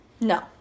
No